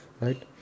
right